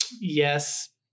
Yes